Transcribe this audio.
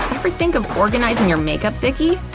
ever think of organizing your makeup, vicki?